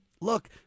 Look